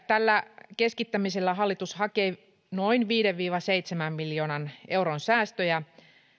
tällä keskittämisellä hallitus hakee noin viiden viiva seitsemän miljoonan euron säästöjä